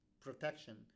protection